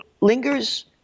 lingers